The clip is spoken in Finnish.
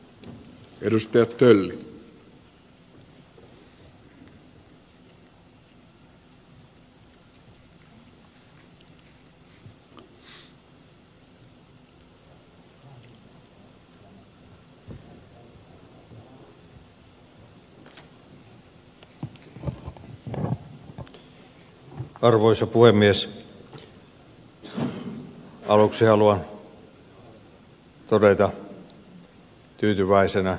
arvoisa puhemies